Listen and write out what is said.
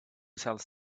sells